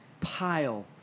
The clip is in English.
pile